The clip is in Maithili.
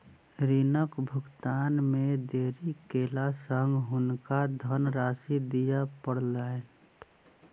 ऋणक भुगतान मे देरी केला सॅ हुनका धनराशि दिअ पड़लैन